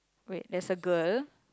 wait there's a girl